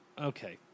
Okay